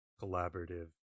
collaborative